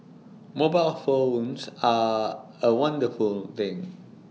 mobile phones are A wonderful things